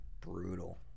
Brutal